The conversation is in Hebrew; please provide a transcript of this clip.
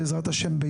בעזרת השם,